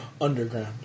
Underground